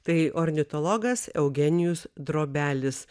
tai ornitologas eugenijus drobelis